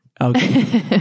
Okay